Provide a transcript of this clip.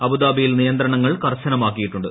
അബുദാബിയിൽ നിയന്ത്രണങ്ങൾ കർശനമാക്കിയിട്ടുണ്ട്